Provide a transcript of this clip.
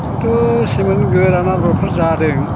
खिन्तु सेमोन गोरान आबादफ्रा जादों